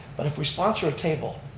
but if we sponsor a table,